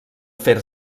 fer